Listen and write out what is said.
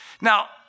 Now